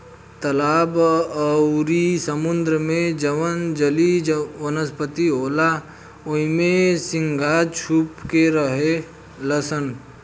तालाब अउरी समुंद्र में जवन जलीय वनस्पति होला ओइमे झींगा छुप के रहेलसन